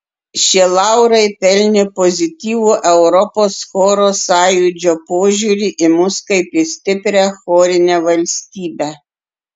šie laurai pelnė pozityvų europos choro sąjūdžio požiūrį į mus kaip į stiprią chorinę valstybę